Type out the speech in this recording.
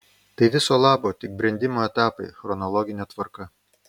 tai viso labo tik brendimo etapai chronologine tvarka